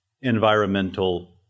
environmental